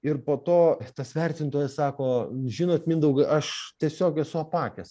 ir po to tas vertintojas sako žinot mindaugai aš tiesiog esu apakęs